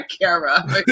camera